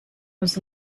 was